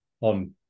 on